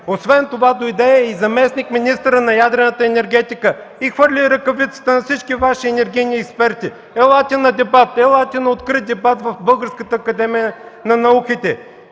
Освен това дойде и заместник-министърът на ядрената енергетика и хвърли ръкавицата на всички Ваши енергийни експерти. Елате на дебат, елате на открит дебат в Българската академия на науките